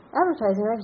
advertising